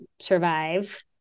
survive